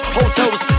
hotels